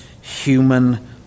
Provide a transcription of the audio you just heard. human